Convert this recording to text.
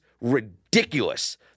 ridiculous